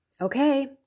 Okay